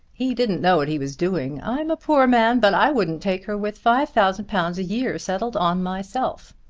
he didn't know what he was doing. i'm a poor man, but i wouldn't take her with five thousand pounds a year, settled on myself.